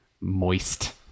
moist